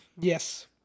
Yes